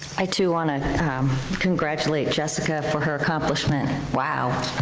i too want to congratulate jessica for her accomplishment. wow.